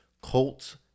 Colts